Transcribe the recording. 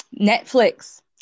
Netflix